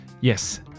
Yes